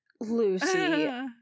Lucy